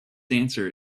dancer